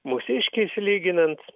mūsiškiais lyginant